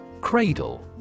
Cradle